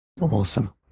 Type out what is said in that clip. awesome